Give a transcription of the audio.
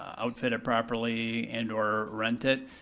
outfit it properly and or rent it,